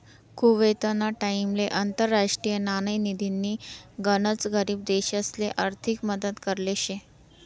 कुवेतना टाइमले आंतरराष्ट्रीय नाणेनिधीनी गनच गरीब देशसले आर्थिक मदत करेल शे